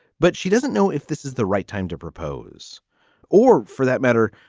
but she doesn't know if this is the right time to propose or for that matter,